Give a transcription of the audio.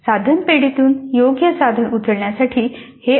साधन पेढीेतून योग्य साधन उचलण्यासाठी हे आवश्यक आहे